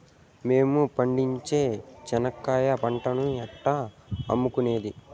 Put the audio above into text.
మేము పండించే చెనక్కాయ పంటను ఎట్లా అమ్ముకునేది?